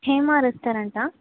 Hema ரெஸ்டாரண்ட்டா